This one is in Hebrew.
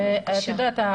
את יודעת,